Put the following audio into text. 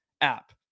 app